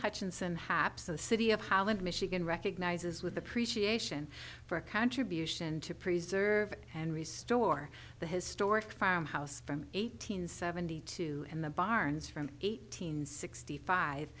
hutchinson haps the city of holland michigan recognizes with appreciation for a contribution to preserve and restore the historic farmhouse from eight hundred seventy two in the barns from eight hundred sixty five